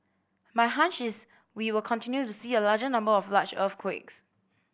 my hunch is we will continue to see a larger number of large earthquakes